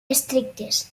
estrictes